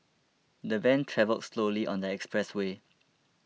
the van travelled slowly on the expressway